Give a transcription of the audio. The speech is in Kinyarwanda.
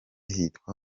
hitwa